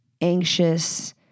anxious